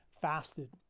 fasted